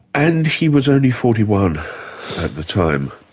and he was only forty one at the time.